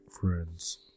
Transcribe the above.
Friends